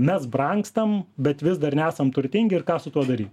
mes brangstam bet vis dar nesam turtingi ir ką su tuo daryt